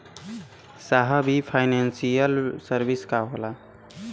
साहब इ financial service का होला?